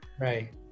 Right